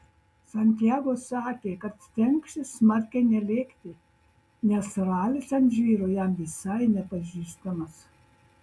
santiago sakė kad stengsis smarkiai nelėkti nes ralis ant žvyro jam visai nepažįstamas